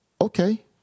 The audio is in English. Okay